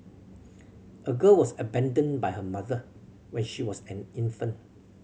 a girl was abandoned by her mother when she was an infant